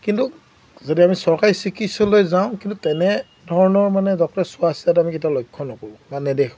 কিন্তু যদি আমি চৰকাৰী চিকিৎসালয়ত যাওঁ কিন্তু তেনেধৰণৰ মানে ডক্টৰৰে চোৱাচিতাত আমি কেতিয়া লক্ষ্য নকৰোঁ বা নেদেখোঁ